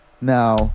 now